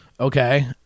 Okay